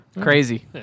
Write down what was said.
crazy